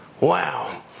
Wow